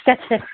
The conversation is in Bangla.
আচ্ছা